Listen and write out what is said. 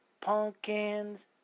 Pumpkins